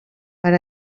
per